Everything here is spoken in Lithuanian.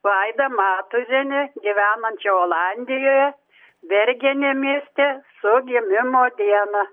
vaidą matuzienę gyvenančią olandijoje bergene mieste su gimimo diena